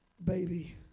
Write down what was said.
Baby